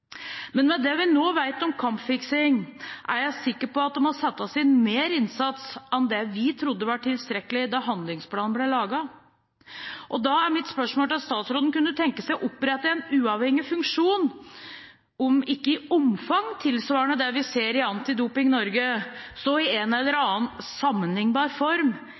Men med det vi nå vet om kampfiksing, er jeg sikker på at det må settes inn mer innsats enn det vi trodde var tilstrekkelig da handlingsplanen ble laget. Da er mitt spørsmål til statsråden: Kunne hun tenke seg å opprette en uavhengig funksjon – om ikke i omfang tilsvarende det vi ser i Antidoping Norge, så i en eller annen sammenlignbar form